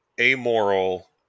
amoral